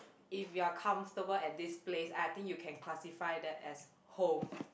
if you're comfortable at this place I think you can classify that as home